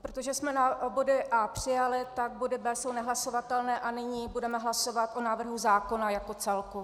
Protože jsme body A přijali, tak body B jsou nehlasovatelné a nyní budeme hlasovat o návrhu zákona jako celku.